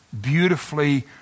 beautifully